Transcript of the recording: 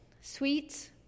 sweets